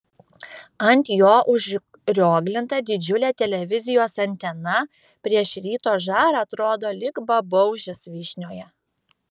ant jo užrioglinta didžiulė televizijos antena prieš ryto žarą atrodo lyg babaužis vyšnioje